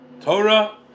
Torah